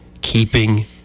Keeping